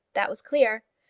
that was clear.